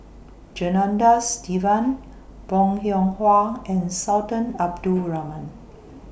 Janadas Devan Bong Hiong Hwa and Sultan Abdul Rahman